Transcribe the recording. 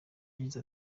yagize